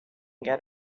get